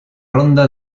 ronda